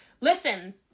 Listen